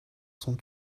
sont